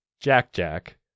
Jack-Jack